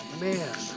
man